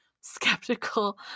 skeptical